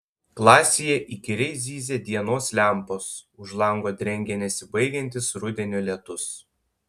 klasėje įkyriai zyzia dienos lempos už lango drengia nesibaigiantis rudenio lietus